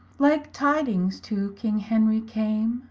like tydings to king henry came,